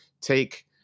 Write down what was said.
take